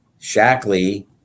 Shackley